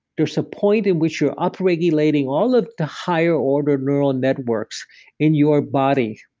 there's a point in which you're up-regulating all of the higher order neural networks in your body,